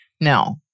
No